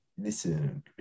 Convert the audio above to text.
Listen